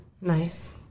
Nice